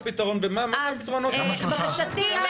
--- תקימו